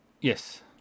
Yes